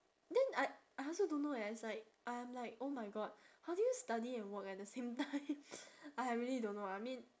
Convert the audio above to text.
then I I also don't know eh it's like I am like oh my god how do you study and work at the same time !aiya! really don't know ah I mean